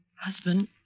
Husband